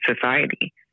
society